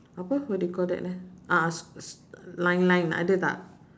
apa what do you call that eh a'ah s~ s~ line line ada tak